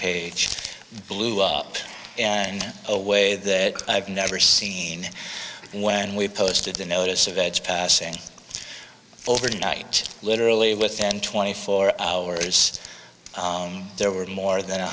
page blew up and away that i've never seen when we posted the notice of age saying overnight literally within twenty four hours there were more than